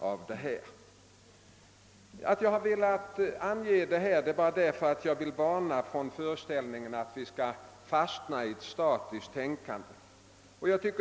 Anledningen till att jag velat ange detta är att jag vill varna för att vi skall fastna i ett statiskt tänkande.